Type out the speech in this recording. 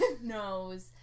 Knows